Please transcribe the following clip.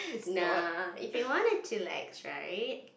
nah if you wanna chillax right